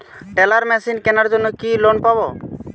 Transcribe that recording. Teller machine কেনার জন্য কি লোন পাব?